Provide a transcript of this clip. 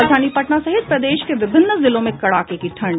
राजधानी पटना सहित प्रदेश के विभिन्न जिलों में कड़ाके की ठंड